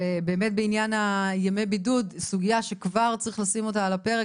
סוגיית ימי הבידוד היא אכן סוגיה שיש לטפל בה בדחיפות.